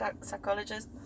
psychologist